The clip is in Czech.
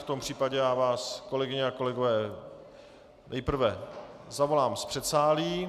V tom případě vás, kolegyně a kolegové, nejprve zavolám z předsálí.